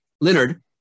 Leonard